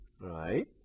right